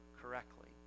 correctly